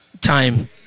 time